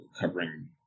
covering